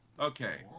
Okay